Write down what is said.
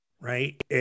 right